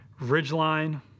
Ridgeline